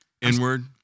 Inward